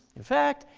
in fact,